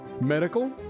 medical